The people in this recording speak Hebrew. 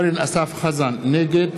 חזן, נגד